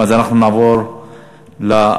אז אנחנו נעבור להצבעה.